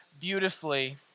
beautifully